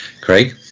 Craig